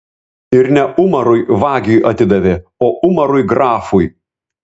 ir ne umarui vagiui atidavė o umarui grafui